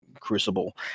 Crucible